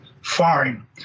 Fine